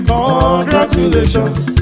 Congratulations